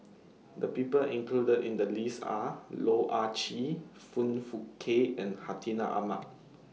The People included in The list Are Loh Ah Chee Foong Fook Kay and Hartinah Ahmad